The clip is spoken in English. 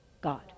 God